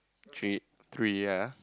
three three ah